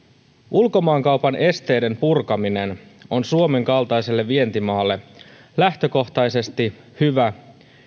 ulkomaankaupan esteiden purkaminen on suomen kaltaiselle vientimaalle lähtökohtaisesti hyvä